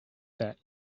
that